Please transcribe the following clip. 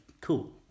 cool